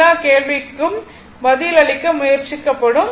எல்லா கேள்விக்கும் பதிலளிக்க முயற்சிக்கப்படும்